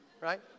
Right